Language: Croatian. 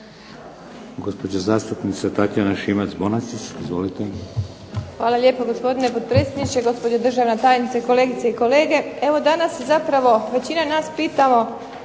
Hvala